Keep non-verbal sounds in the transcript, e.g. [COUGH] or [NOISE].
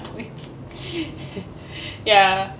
points [LAUGHS] ya